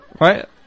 Right